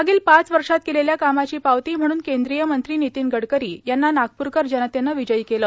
मागील पाच वर्षात केलेल्या कामाची पावती म्हणून केंद्रीय मंत्री नितीन गडकरी यांना नागपूरकर जनतेने विजयी केले